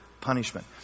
punishment